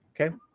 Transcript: Okay